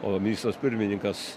o ministras pirmininkas